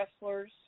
wrestlers